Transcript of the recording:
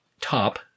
top